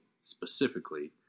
specifically